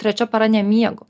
trečia para nemiegu